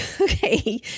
Okay